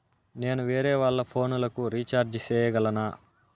నేను వేరేవాళ్ల ఫోను లకు రీచార్జి సేయగలనా?